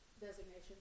Designation